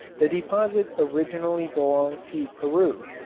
the deposit originally belonged to peru,